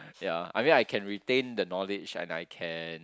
ya I mean I can retain the knowledge and I can